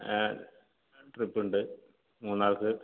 ഏ ട്രിപ്പ്ണ്ട് മൂന്നാർക്ക്